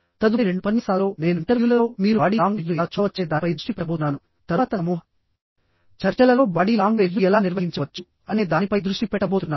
తదుపరి రెండు ఉపన్యాసాలలో నేను ఇంటర్వ్యూలలో మీరు బాడీ లాంగ్వేజ్ను ఎలా చూడవచ్చనే దానిపై దృష్టి పెట్టబోతున్నానుతరువాత సమూహ చర్చలలో బాడీ లాంగ్వేజ్ను ఎలా నిర్వహించవచ్చు అనే దానిపై దృష్టి పెట్టబోతున్నాను